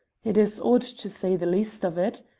it is odd, to say the least of it.